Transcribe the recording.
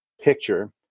picture